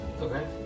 Okay